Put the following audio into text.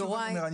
שוב אני אומר,